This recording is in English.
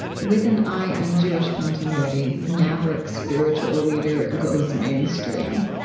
with an eye on jewish continuity, maverick spiritual leader goes mainstream.